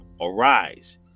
Arise